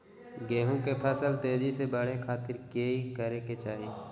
गेहूं के फसल तेजी से बढ़े खातिर की करके चाहि?